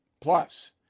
Plus